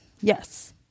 Yes